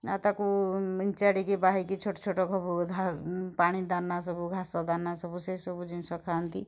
ଆଉ ତାକୁ ମିଞ୍ଚାଡ଼ିକି ବାହିକି ଛୋଟ ଛୋଟ ସବୁ ପାଣି ଦାନା ସବୁ ଘାସ ଦାନା ସବୁ ସେସବୁ ଜିନିଷ ଖାଆନ୍ତି